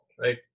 Right